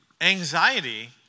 anxiety